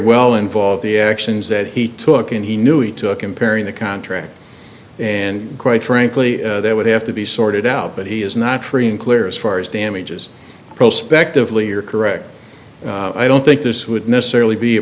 well involve the actions that he took and he knew it took impairing the contract and quite frankly there would have to be sorted out but he is not free and clear as far as damages prospect of lee you're correct i don't think this would necessarily be a